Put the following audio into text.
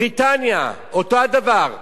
בריטניה, אותו הדבר,